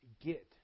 get